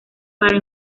para